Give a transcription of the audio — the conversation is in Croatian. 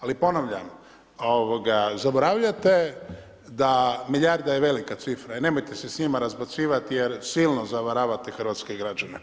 Ali ponavljam zaboravljate da, milijarda je velika cifra i nemojte se s njima razbacivati jer silno zavaravate hrvatske građane.